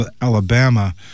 Alabama